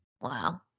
Wow